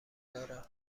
دارم